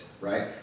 right